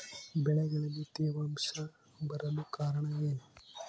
ಬೆಳೆಗಳಲ್ಲಿ ತೇವಾಂಶ ಬರಲು ಕಾರಣ ಏನು?